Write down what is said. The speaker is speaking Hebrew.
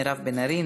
מירב בן ארי,